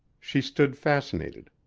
she stood fascinated.